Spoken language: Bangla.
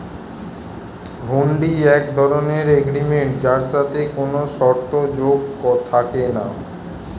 হুন্ডি এক ধরণের এগ্রিমেন্ট যার সাথে কোনো শর্ত যোগ থাকে না